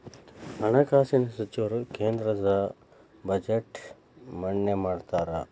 ಹಣಕಾಸಿನ ಸಚಿವರು ಕೇಂದ್ರದ ಬಜೆಟ್ನ್ ಮಂಡನೆ ಮಾಡ್ತಾರಾ